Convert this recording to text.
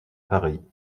paris